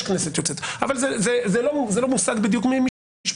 יש כנסת יוצאת אבל זה לא מושג בדיוק משפטי,